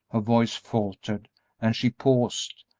her voice faltered and she paused,